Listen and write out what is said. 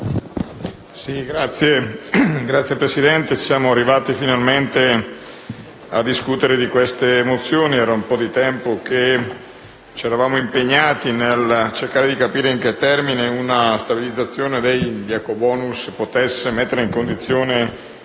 Signora Presidente, siamo arrivati finalmente a discutere di queste mozioni. Era un po' di tempo che ci eravamo impegnati per cercare di capire in che termini una stabilizzazione degli ecobonus potesse mettere questo